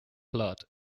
blood